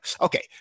okay